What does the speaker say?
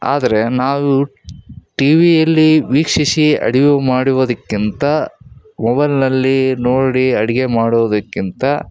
ಆದರೆ ನಾವು ಟಿವಿಯಲ್ಲಿ ವೀಕ್ಷಿಸಿ ಅಡಿಯು ಮಾಡುವುದಕ್ಕಿಂತ ಓವನ್ನಲ್ಲಿ ನೋಡಿ ಅಡಿಗೆ ಮಾಡುವುದಕ್ಕಿಂತ